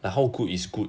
like how good is good